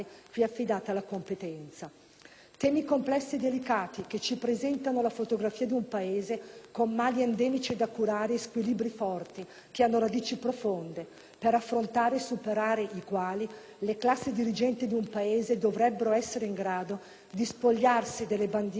Temi complessi e delicati, che ci presentano la fotografia di un Paese con mali endemici da curare e squilibri forti che hanno radici profonde, per affrontare e superare i quali le classi dirigenti di un Paese dovrebbero essere in grado di spogliarsi delle bandiere e degli *slogan* propagandistici